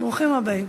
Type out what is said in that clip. ברוכים הבאים.